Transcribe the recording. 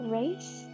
race